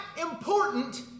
important